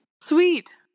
Sweet